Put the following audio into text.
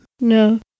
No